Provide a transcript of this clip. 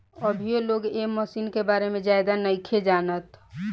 अभीयो लोग ए मशीन के बारे में ज्यादे नाइखे जानत